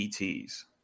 ETs